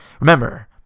Remember